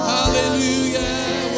Hallelujah